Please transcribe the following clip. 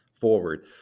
forward